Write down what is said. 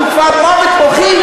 הוא כבר במוות מוחי,